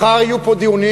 מחר יהיו פה דיונים,